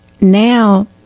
now